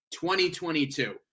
2022